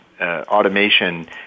automation